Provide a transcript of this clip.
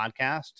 podcast